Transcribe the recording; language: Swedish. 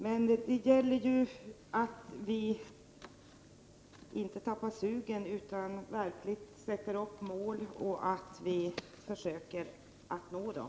Men det gäller ju att vi inte tappar sugen utan verkligen sätter upp mål och att vi försöker nå dem.